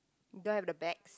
you don't have the bags